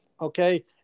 okay